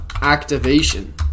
activation